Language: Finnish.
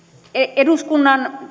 eduskunnan